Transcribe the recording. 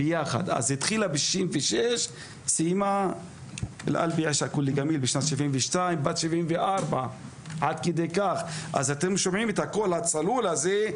אז התחילה בגיל 66 וסיימה בת 74. אתם שומעים את הקול הצלול הזה,